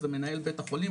זה מנהל בית החולים,